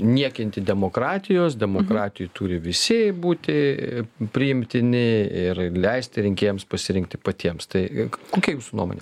niekinti demokratijos demokratijoj turi visi būti priimtini ir leisti rinkėjams pasirinkti patiems tai kokia jūsų nuomonė